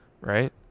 right